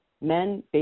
men